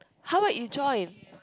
how about you join